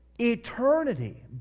eternity